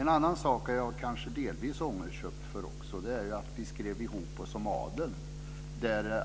en annan sak är jag kanske delvis ångerköpt över, nämligen att vi skrev ihop oss om adeln.